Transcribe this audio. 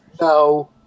No